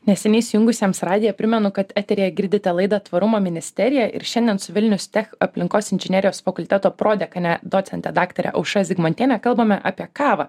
neseniai įsijungusiems radiją primenu kad eteryje girdite laidą tvarumo ministerija ir šiandien su vilnius tech aplinkos inžinerijos fakulteto prodekane docente daktare aušra zigmontiene kalbame apie kavą